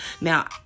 Now